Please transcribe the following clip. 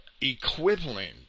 equivalent